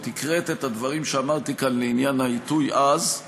את הקראת את הדברים שאמרתי כאן בעניין העיתוי אז,